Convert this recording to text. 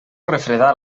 refredar